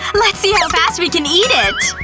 let's see how fast we can eat it!